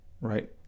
right